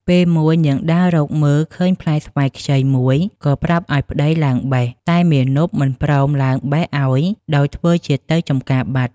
ពេលមួយនាងដើររកមើលឃើញផ្លែស្វាយខ្ចីមួយក៏ប្រាប់ឲ្យប្ដីឡើងបេះ តែមាណពមិនព្រមឡើងបេះឲ្យ ដោយធ្វើជាទៅចម្ការបាត់ ។